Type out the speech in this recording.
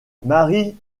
marie